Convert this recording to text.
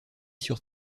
sur